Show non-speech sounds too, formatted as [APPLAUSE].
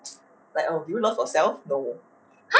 [NOISE] like do you love yourself no